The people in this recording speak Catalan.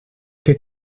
que